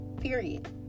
period